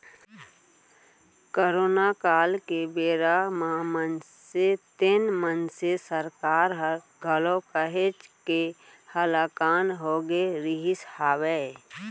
corona काल के बेरा म मनसे तेन मनसे सरकार ह घलौ काहेच के हलाकान होगे रिहिस हवय